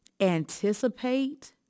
anticipate